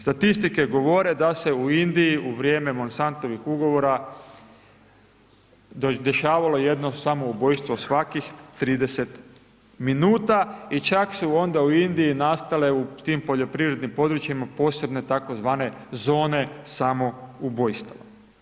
Statistike govore, da se u Indiji u vrijeme Monsantovih ugovora, dešavalo jedno samoubojstvo svakih 30 minuta i čak su onda u Indiji nastale u tim poljoprivrednim područjima posebne tzv. zone samoubojstva.